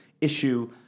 issue